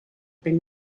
been